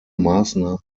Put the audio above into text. maßnahmen